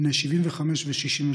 בני 75 ו-63,